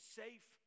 safe